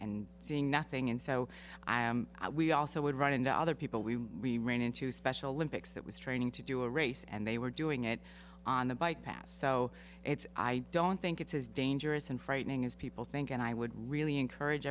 and seeing nothing and so i am we also would run into other people we ran into special olympics that was training to do a race and they were doing it on the bike paths so i don't think it's as dangerous and frightening as people think and i would really encourage